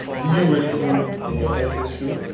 you really poo in your ex's shoe?